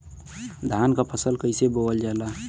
धान क फसल कईसे बोवल जाला?